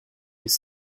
des